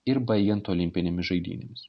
ir baigiant olimpinėmis žaidynėmis